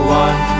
one